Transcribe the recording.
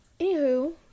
anywho